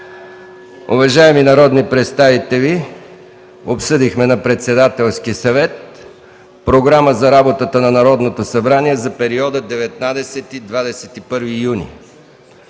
Уважаеми народни представители, на Председателски съвет обсъдихме Програмата за работата на Народното събрание за периода 19-21 юни